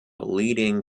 leading